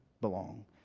belong